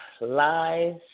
lies